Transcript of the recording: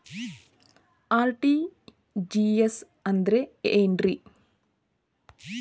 RTGS ಅಂದ್ರ ಏನ್ರಿ?